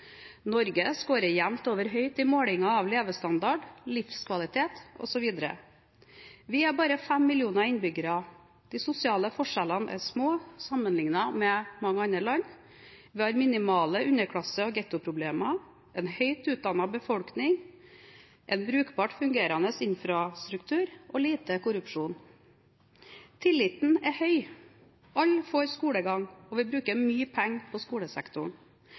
Norge scorer jevnt over høyt i målinger av levestandard, livskvalitet osv. Vi er bare fem millioner innbyggere, og de sosiale forskjellene er små sammenliknet med mange andre land. Vi har minimale underklasse- og ghettoproblemer, en høyt utdannet befolkning, en brukbart fungerende infrastruktur og lite korrupsjon. Tilliten er høy. Alle får skolegang, og vi bruker mye penger på skolesektoren.